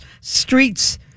streets